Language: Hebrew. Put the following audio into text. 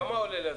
כמה עולה?